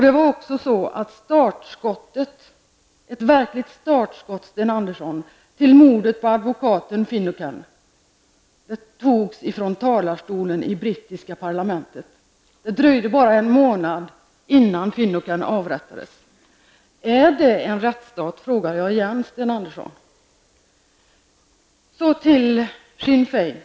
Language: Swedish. Det var också så att startskottet -- ett verkligt startskott, Sten Andersson -- till mordet på Patrick Finucane skedde från talarstolen i brittiska parlamentet. Det dröjde bara en månad innan Jag frågar Sten Andersson: är detta tecken på en rättstat? Så till Sinn Fein.